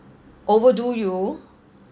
overdo you